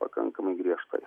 pakankamai griežtai